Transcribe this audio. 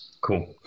cool